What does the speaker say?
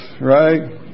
right